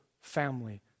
family